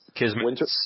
Winter